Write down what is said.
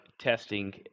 testing